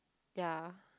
ya